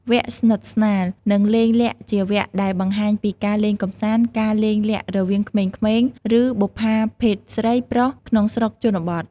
វគ្គស្និទ្ធស្នាល និងលេងលាក់ជាវគ្គដែលបង្ហាញពីការលេងកំសាន្ត ការលេងលាក់រវាងក្មេងៗ ឬបុប្ផាភេទស្រី-ប្រុស ក្នុងស្រុកជនបទ។